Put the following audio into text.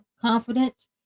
confidence